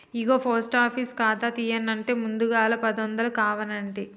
ఇగో post office ఖాతా తీయన్నంటే ముందుగల పదొందలు కావనంటి